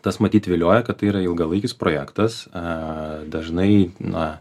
tas matyt vilioja kad tai yra ilgalaikis projektas a dažnai na